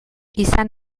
izan